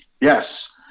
Yes